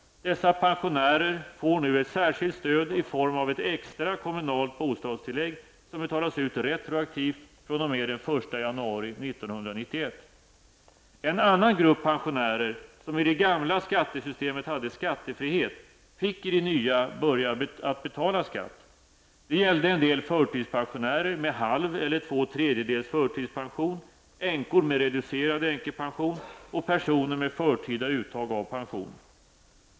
Dessa pensionärer får nu ett särskilt stöd i form av ett extra kommunalt bostadstillägg, som betalas ut retroaktivt fr.o.m. En annan grupp pensionärer, som i det gamla skattesystemet hade skattefrihet, fick i det nya börja att betala skatt. Det gällde en del förtidspensionärer med halv eller två tredjedels förtidspension, änkor med recuderad änkepension och personer med förtida uttag av pension.